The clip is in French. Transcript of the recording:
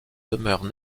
demeure